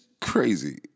crazy